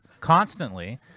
constantly